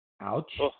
Ouch